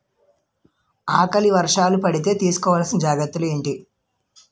ఆకలి వర్షాలు పడితే తీస్కో వలసిన జాగ్రత్తలు ఏంటి?